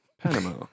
Panama